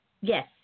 Yes